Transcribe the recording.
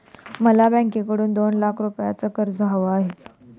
मला बँकेकडून दोन लाख रुपयांचं कर्ज हवं आहे